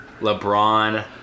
LeBron